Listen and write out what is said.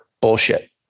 bullshit